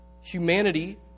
humanity